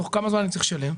תוך כמה זמן אני צריך לשלם?